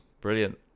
Brilliant